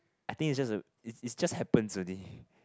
I think is just a is is just happens already